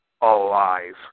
alive